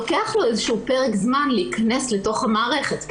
לוקח לו איזשהו פרק זמן להיכנס לתוך המערכת.